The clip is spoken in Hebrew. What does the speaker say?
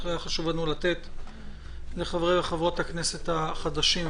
היה חשוב לנו לתת לחברי וחברות הכנסת החדשים,